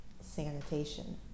sanitation